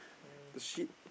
the shit